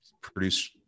produce